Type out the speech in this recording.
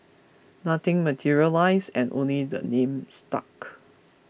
nothing materialised and only the name stuck